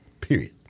Period